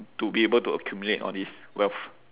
to be able to accumulate all this wealth